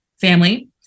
family